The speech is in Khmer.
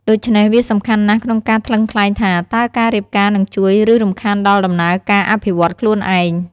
ដូច្នេះ វាសំខាន់ណាស់ក្នុងការថ្លឹងថ្លែងថា តើការរៀបការនឹងជួយ ឬរំខានដល់ដំណើរការអភិវឌ្ឍន៍ខ្លួនឯង។